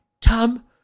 Tom